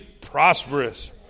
prosperous